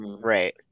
Right